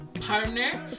partner